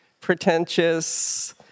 pretentious